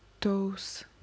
toes